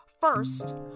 First